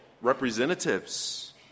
representatives